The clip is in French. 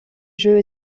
jeu